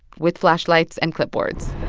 with flashlights and clipboards